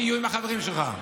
שיהיו עם החברים שלך.